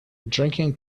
drinking